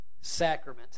sacrament